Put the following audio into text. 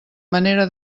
manera